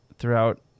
throughout